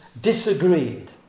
disagreed